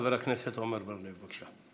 חבר הכנסת עמר בר לב, בבקשה,